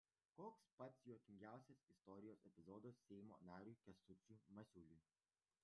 koks pats juokingiausias istorijos epizodas seimo nariui kęstučiui masiuliui